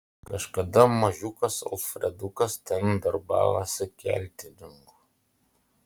kažkada mažiukas alfredukas ten darbavosi keltininku